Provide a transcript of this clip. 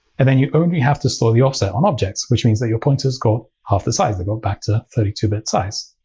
and then you only have to store the offset on objects, which means that your pointers go half the size. they go back to thirty two bit size.